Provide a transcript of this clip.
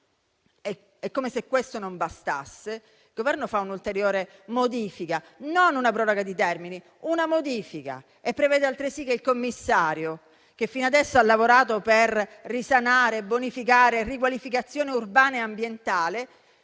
Come se questo non bastasse, il Governo fa un'ulteriore modifica, e non una proroga di termini, e prevede altresì che il commissario, che fino adesso ha lavorato per risanare, bonificare e operare riqualificazioni urbane e ambientali,